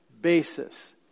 basis